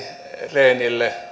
rehnille